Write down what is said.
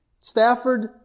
Stafford